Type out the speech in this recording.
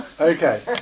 Okay